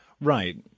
Right